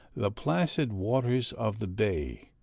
the placid waters of the bay,